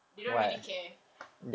they don't really care